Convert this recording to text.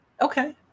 okay